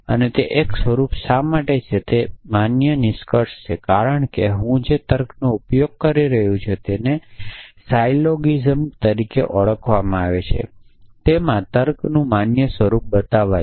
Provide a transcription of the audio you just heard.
અને તે એક સ્વરૂપ શા માટે છે તે એક માન્ય નિષ્કર્ષ છે કારણ કે હું જે તર્કનો ઉપયોગ કરી રહ્યો છું તે જેને સાયલોગિઝમ તરીકે ઓળખવામાં આવે છે તે તેણે તર્કનું માન્ય સ્વરૂપ બતાવ્યું